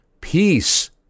peace